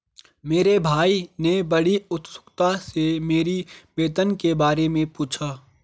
मेरे भाई ने बड़ी उत्सुकता से मेरी वेतन के बारे मे पूछा